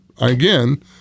Again